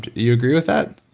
you agree with that?